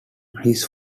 his